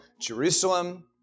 Jerusalem